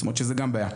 זאת אומרת שזה גם בעיה.